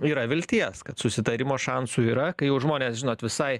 yra vilties kad susitarimo šansų yra kai jau žmonės žinot visai